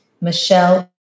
Michelle